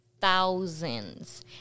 thousands